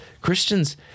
Christians